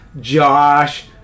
Josh